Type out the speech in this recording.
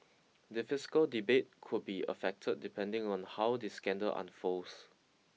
the fiscal debate could be affected depending on how this scandal unfolds